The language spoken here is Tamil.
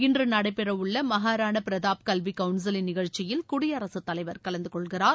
இன்று நடைபெற உள்ள மாகாராணா பிரதாப் கல்வி கவுன்சிலின் நிகழ்ச்சியில் குடியரகத்தலைவர் கலந்துகொள்கிறார்